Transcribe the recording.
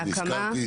להקמה.